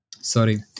sorry